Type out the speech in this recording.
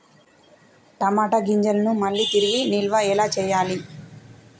టమాట గింజలను మళ్ళీ తిరిగి నిల్వ ఎలా చేయాలి?